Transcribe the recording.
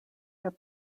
have